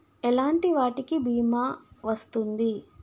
ఎలాంటి వాటికి బీమా వస్తుంది?